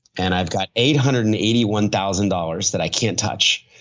and i've got eight hundred and eighty one thousand dollars that i can't touch.